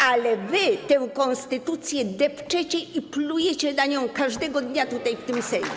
Ale wy tę konstytucję depczecie i plujecie na nią każdego dnia tutaj, w tym Sejmie.